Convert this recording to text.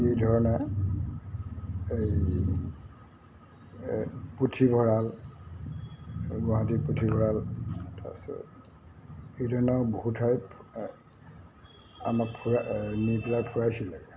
এই ধৰণে এই এই পুথিভঁৰাল গুৱাহাটী পুথিভঁৰাল তাৰপিছত এই ধৰণে আৰু বহু ঠাইত আমাক ফুৰাই নি পেলাই ফুৰাইছিলে